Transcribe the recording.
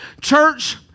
Church